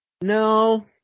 No